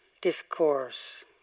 Discourse